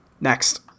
Next